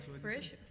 fresh